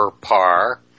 par